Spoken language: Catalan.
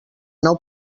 nou